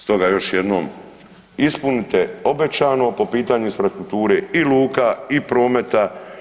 Stoga još jednom ispunite obećano po pitanju infrastrukture i luka i prometa.